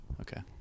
okay